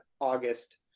august